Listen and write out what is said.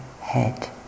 head